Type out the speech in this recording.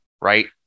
right